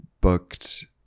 booked